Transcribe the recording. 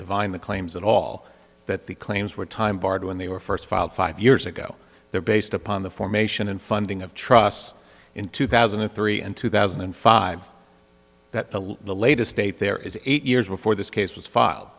divine the claims and all that the claims were time barred when they were first filed five years ago they're based upon the formation and funding of trusts in two thousand and three and two thousand and five that the latest date there is eight years before this case was filed